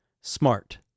SMART